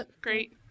great